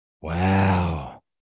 Wow